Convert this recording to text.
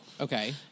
Okay